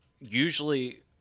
usually